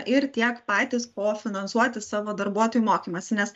ir tiek patys po finansuoti savo darbuotojų mokymąsi nes